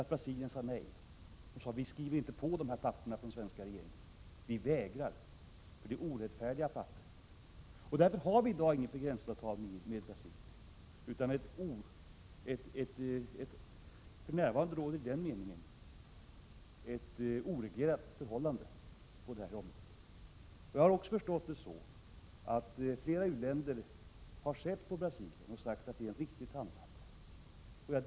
Men Brasilien sade nej. Man sade att man inte ville skriva på något avtal med den svenska regeringen därför att förslaget var orättfärdigt. Därför har inte Sverige något begränsningsavtal med Brasilien i dag, utan förhållandet på det området är för närvarande oreglerat. Såvitt jag är rätt informerad har också flera u-länder förklarat att Brasiliens handlande var riktigt. Jag delar den uppfattningen.